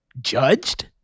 judged